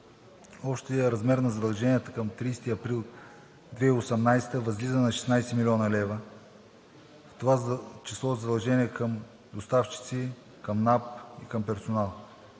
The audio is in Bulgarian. общият размер на задълженията към 30 април 2018 г. възлиза на 16 млн. лв., в това число задължения към доставчици, към НАП и към персонал.